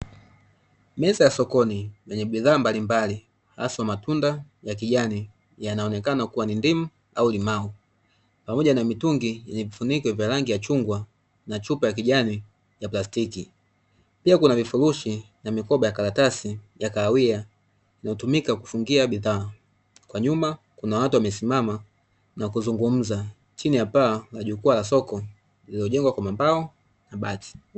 Meza ya sokoni yenye bidhaa mbalimbali hasa matunda ya kijani yanaonekana kuwa ni ndimu au limau pamoja na mitungi yenye vifuniko vya vya rangi ya chungwa na chupa ya kijani ya plastiki, pia kuna vifurushi na mikoba ya karatasi ya kahawia inayotumika kufungia bidhaa, kwa nyuma kuna watu wamesimama na kuzungumza chini ya paa la jukwaa la soko lililojengwa kwa mabao na bati,